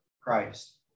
christ